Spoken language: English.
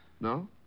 No